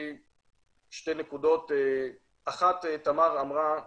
שתי נקודות נוספות, אמרה תמר,